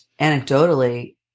anecdotally